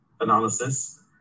analysis